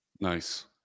Nice